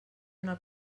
una